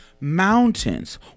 mountains